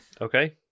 Okay